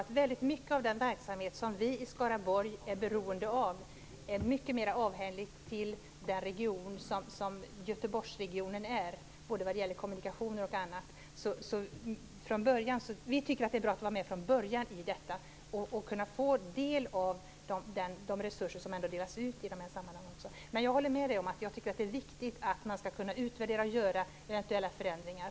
Men väldigt mycket av den verksamhet som vi i Skaraborg är beroende av är mycket mera avhängigt den region som Göteborgsregionen utgör vad gäller kommunikationer exempelvis. Vi tycker att det är bra att vara med från början i detta och att kunna få del av de resurser som ändå delas ut i de här sammanhangen. Jag håller med Per Lager om att det är viktigt att kunna göra en utvärdering och att göra eventuella förändringar.